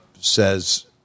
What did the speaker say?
says